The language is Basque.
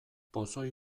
pozoi